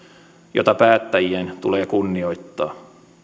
jota päättäjien tulee kunnioittaa